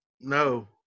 No